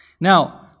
Now